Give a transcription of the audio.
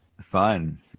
fun